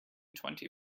twenty